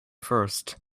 first